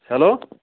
hello